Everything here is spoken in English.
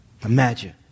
Imagine